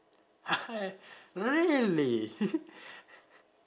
really